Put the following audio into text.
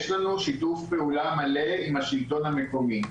יש לנו שיתוף פעולה מלא עם השלטון המקומי,